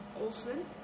olson